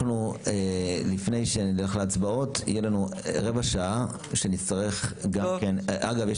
לפני שאנחנו נלך להצבעות יהיה לנו רבע שעה שנצטרך אגב,